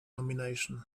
nomination